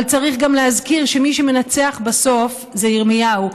אבל צריך גם להזכיר שמי שמנצח בסוף זה ירמיהו,